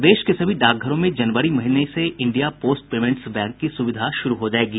प्रदेश के सभी डाकघरों में जनवरी महीने से इंडिया पोस्ट पेमेंट्स बैंक की सुविधा शुरू हो जायेगी